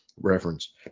reference